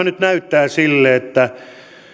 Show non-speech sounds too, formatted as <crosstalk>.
<unintelligible> nyt näyttää sille että